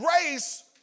grace